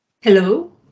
Hello